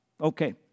Okay